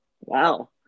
Wow